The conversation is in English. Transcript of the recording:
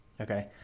Okay